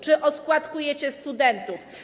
Czy oskładkujecie studentów?